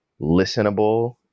listenable